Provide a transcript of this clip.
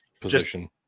position